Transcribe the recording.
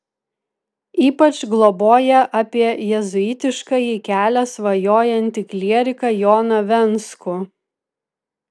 ypač globoja apie jėzuitiškąjį kelią svajojantį klieriką joną venckų